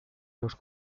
los